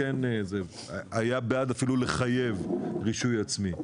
בעד אפילו לחייב רישוי עצמי.